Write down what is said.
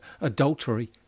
adultery